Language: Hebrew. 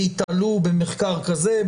וייתלו במחקר כזה,